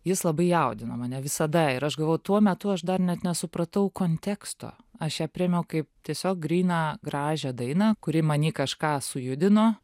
jis labai jaudino mane visada ir aš galvoju tuo metu aš dar net nesupratau konteksto aš ją priėmiau kaip tiesiog gryną gražią dainą kuri many kažką sujudino